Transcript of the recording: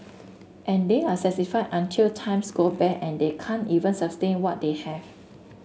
and they are satisfied until times go bad and they can't even sustain what they have